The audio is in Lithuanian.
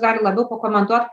gali labiau pakomentuot